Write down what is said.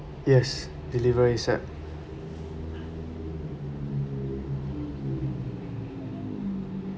yes delivery ASAP